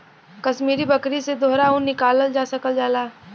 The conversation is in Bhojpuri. कसमीरी बकरी से दोहरा ऊन निकालल जा सकल जाला